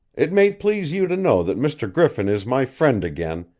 it may please you to know that mr. griffin is my friend again,